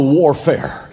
warfare